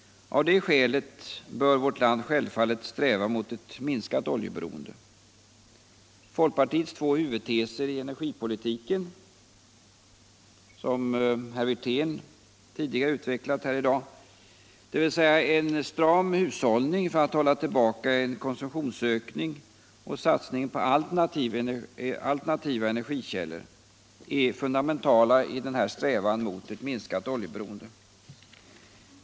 Av det skälet bör vårt land självfallet sträva mot ett minskat oljeberoende. Folkpartiets två huvudteser i energipolitiken, som herr Wirtén tidigare utvecklat här i dag, dvs. stram hushållning för att hålla tillbaka en konsumtionsökning samt satsning på alternativa energikällor, är fundamentala i denna strävan mot ett minskat oljeberoende.